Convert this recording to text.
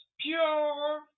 Pure